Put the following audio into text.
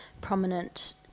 prominent